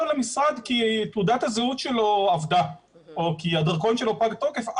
למשרד כי תעודת הזהות שלו אבדה או כי הדרכון שלו פג תוקף,